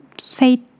say